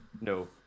No